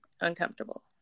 uncomfortable